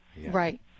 right